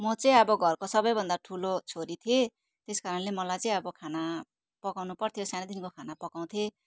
म चाहिँ अब घरको सबैभन्दा ठुलो छोरी थिएँ त्यस कारणले मलाई चाहिँ अब खाना पकाउनु पर्थ्यो सानैदेखिको खाना पकाउँथेँ